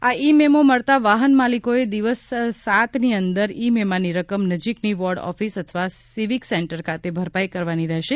આ e memo મળતા વાહન માલિકોએ દિવસ સાતની અંદર ઇ મેમાની રકમ નજીકની વોર્ડ ઓફીસ અથવા સીવીક સેન્ટર ખાતે ભરપાઇ કરવાની રહેશે